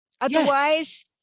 Otherwise